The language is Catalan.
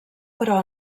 però